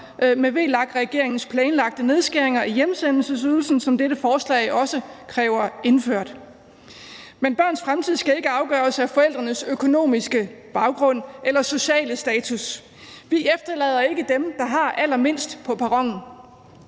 med VLAK-regeringens planlagte nedskæringer i hjemsendelsesydelsen, som dette forslag også kræver indført. Men børns fremtid skal ikke afgøres af forældrenes økonomiske baggrund eller sociale status. Vi efterlader ikke dem, der har allermindst, på perronen.